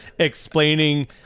explaining